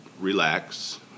relax